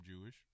Jewish